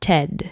Ted